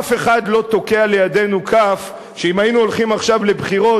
אף אחד לא תוקע לידנו שאם היינו הולכים עכשיו לבחירות,